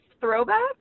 throwback